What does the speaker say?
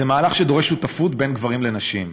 זה מהלך שדורש שותפות בין גברים לנשים,